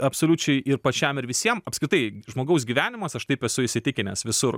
absoliučiai ir pačiam ir visiem apskritai žmogaus gyvenimas aš taip esu įsitikinęs visur